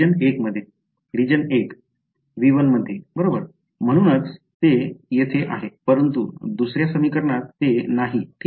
region १ V 1 मध्ये बरोबर म्हणूनच ते येथे आहे परंतु दुसर्या समीकरणात ते नाही ठीक